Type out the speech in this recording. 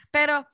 Pero